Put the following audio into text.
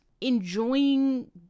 enjoying